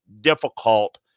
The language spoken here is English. difficult